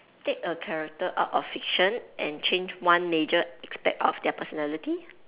take a character out of fiction and change one major aspect of their personality